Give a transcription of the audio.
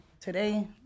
today